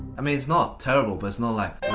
i mean it's not terrible, but it's not like